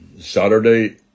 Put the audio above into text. Saturday